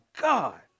God